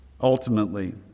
ultimately